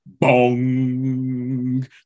bong